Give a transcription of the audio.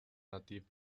native